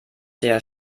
der